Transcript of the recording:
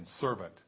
servant